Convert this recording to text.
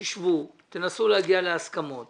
תשבו, תנסו להגיע להסכמות